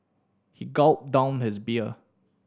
he gulped down his beer